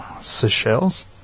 Seychelles